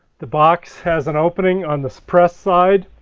the box has an opening on this press side.